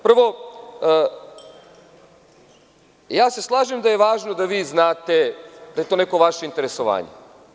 Prvo, slažem se da je važno da vi znate da je to neko vaše interesovanje.